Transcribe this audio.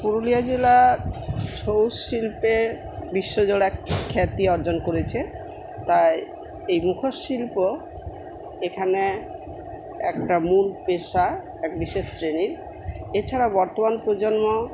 পুরুলিয়া জেলা ছৌ শিল্পে বিশ্বজোড়া খ্যাতি অর্জন করেছে তাই এই মুখোশ শিল্প এখানে একটা মূল পেশা এক বিশেষ শ্রেণীর এছাড়া বর্তমান প্রজন্ম